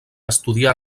estudià